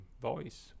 voice